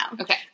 Okay